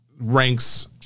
ranks